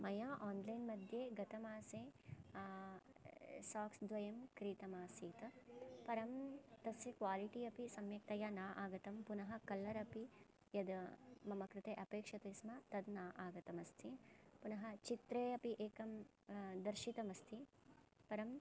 मया आन्लैन्मध्ये गतमासे साक्स्द्वयं क्रीतम् आसीत् परं तस्य क्वालिटी अपि सम्यक्तया न आगतं पुनः कलर् अपि यद् मम कृते अपेक्ष्यते स्म तद् न आगतम् अस्ति पुनः चित्रे अपि एकं दर्शितम् अस्ति परं